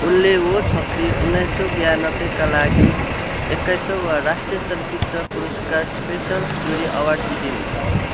उनले वो छकरी उन्नाइससय बयान्नब्बेका लागि एकचालिस औँ राष्ट्रिय चलचित्र पुरस्कारमा स्पेसल जुरी अवार्ड जितिन्